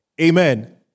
amen